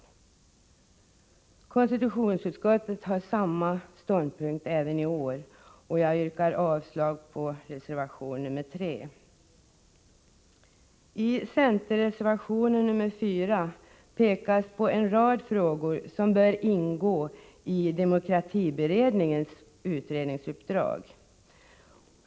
Majoriteten i konstitutionsutskottet intar samma ståndpunkt i år. Jag yrkar avslag på reservation 3. " Icenterreservationen 4 pekas på en rad frågor som bör ingå i demokratibe redningens utredningsuppdrag.